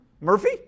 Murphy